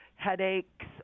headaches